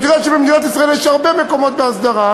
ואת יודעת שבמדינת ישראל יש הרבה מקומות בהסדרה.